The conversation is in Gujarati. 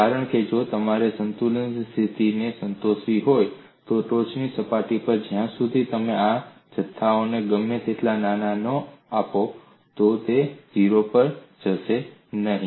કારણ કે જો તમારે સંતુલન સ્થિતિને સંતોષવી હોય તો ટોચની સપાટી પર જ્યાં સુધી તમે આ જથ્થાઓને ગમે તેટલા નાના ન આપો તો તે 0 પર જશે નહીં